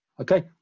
okay